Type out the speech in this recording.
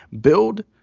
build